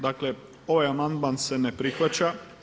Dakle, ovaj amandman se ne prihvaća.